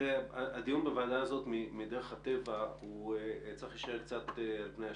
הדיון בוועדה הזאת צריך להישאר על פני השטח,